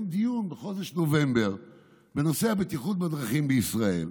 דיון בחודש נובמבר בנושא בטיחות הדרכים בישראל,